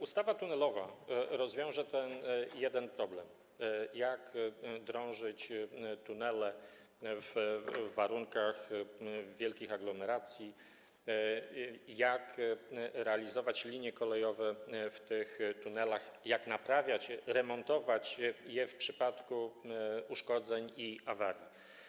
Ustawa tunelowa rozwiąże ten jeden problem, jak drążyć tunele w warunkach wielkich aglomeracji, jak realizować linie kolejowe w tych tunelach, jak naprawiać, remontować je w przypadku uszkodzeń i awarii.